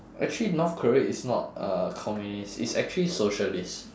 actually north korea is not a communist it's actually socialist